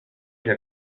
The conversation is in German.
der